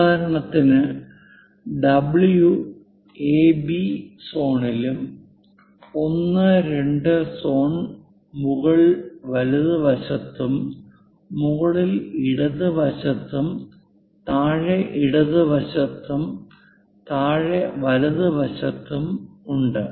ഉദാഹരണത്തിന് ഇവിടെ W A B സോണിലും 1 2 സോൺ മുകളിൽ വലതുവശത്തും മുകളിൽ ഇടത് വശത്തും താഴെ ഇടത് വശത്തും താഴെ വലതുവശത്തും ഉണ്ട്